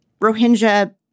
Rohingya